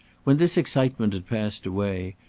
when this excitement had passed away,